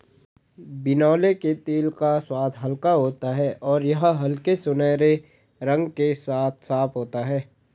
बिनौले के तेल का स्वाद हल्का होता है और यह हल्के सुनहरे रंग के साथ साफ होता है